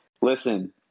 listen